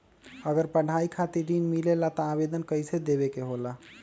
अगर पढ़ाई खातीर ऋण मिले ला त आवेदन कईसे देवे के होला?